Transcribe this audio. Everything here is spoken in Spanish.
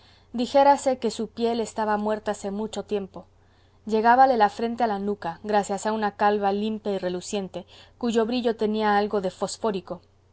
momia dijérase que su piel estaba muerta hacía mucho tiempo llegábale la frente a la nuca gracias a una calva limpia y reluciente cuyo brillo tenía algo de fosfórico